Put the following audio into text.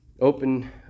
Open